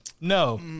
no